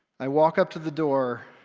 i walk up to the door.